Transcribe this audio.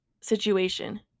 situation